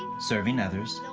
serving others,